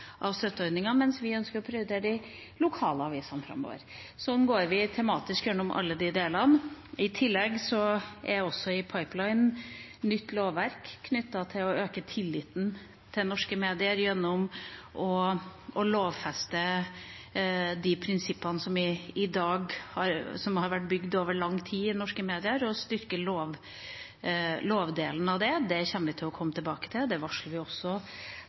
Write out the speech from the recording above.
tillegg er det også i pipelinen et nytt lovverk knyttet til å øke tilliten til norske medier gjennom å lovfeste de prinsippene som har vært bygd over lang tid, og styrke lovdelen av det. Det kommer vi tilbake til; det varsler vi også